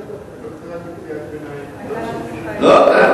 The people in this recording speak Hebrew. לא קראתי קריאת ביניים, לא עשיתי